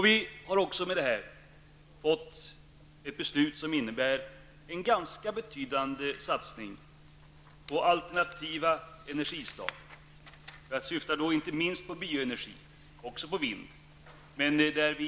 Vi har med denna överenskommelse fått ett beslut som innebär en ganska betydande satsning på alternativa energislag. Jag syftar då inte minst på bioenergin, men också på vindkraft.